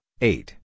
eight